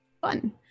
fun